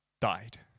died